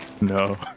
No